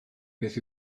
beth